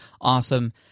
awesome